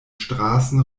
straßen